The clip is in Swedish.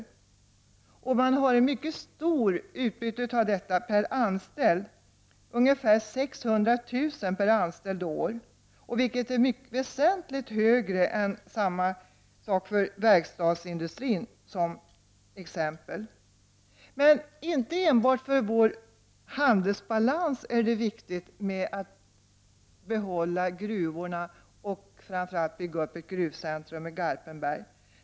Utbytet av detta är mycket stort per anställd, ungefär 600 000 kr. per anställd och år. Detta är väsentligt högre än motsvarande utbyte för exempelvis verkstadsindustrin. Men det är inte enbart för vår handelsbalans som det är viktigt att vi behåller gruvorna och framför allt att vi bygger upp ett gruvcentrum i Garpenberg.